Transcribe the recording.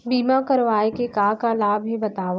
बीमा करवाय के का का लाभ हे बतावव?